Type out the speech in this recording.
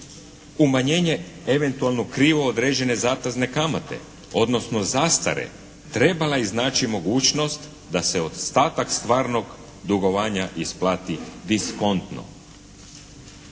umanjenje eventualno krivo određene zatezne kamate, odnosno zastare trebala iznaći mogućnost da se ostatak stvarnog dugovanja isplati diskontno